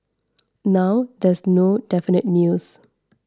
now there is no definite news